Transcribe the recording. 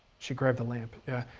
she grabbed the lamp yeah